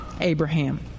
Abraham